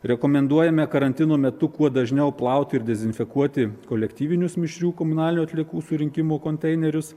rekomenduojame karantino metu kuo dažniau plauti ir dezinfekuoti kolektyvinius mišrių komunalinių atliekų surinkimo konteinerius